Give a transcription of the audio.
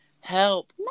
help